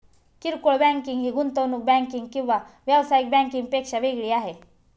किरकोळ बँकिंग ही गुंतवणूक बँकिंग किंवा व्यावसायिक बँकिंग पेक्षा वेगळी आहे